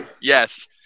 Yes